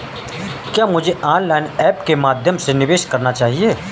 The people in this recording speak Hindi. क्या मुझे ऑनलाइन ऐप्स के माध्यम से निवेश करना चाहिए?